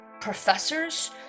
professors